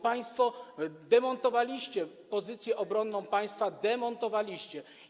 Państwo demontowaliście pozycję obronną państwa, demontowaliście.